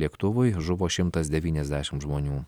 lėktuvui žuvo šimtas devyniasdešimt žmonių